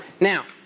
Now